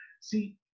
See